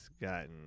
gotten –